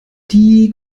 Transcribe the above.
die